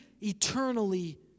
eternally